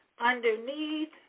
underneath